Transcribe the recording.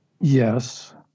yes